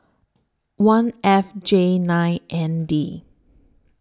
one F J nine N D